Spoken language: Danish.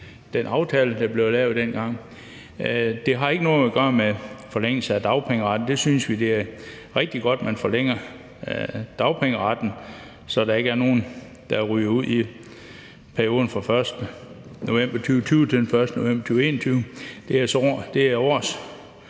den aftale, der blev lavet dengang. Det har ikke noget at gøre med forlængelse af dagpengeretten. Vi synes, det er rigtig godt, at man forlænger dagpengeretten, så der ikke er nogen, der ryger ud i perioden fra 1. november 2020 til den 1. november 2021. Det er 1 års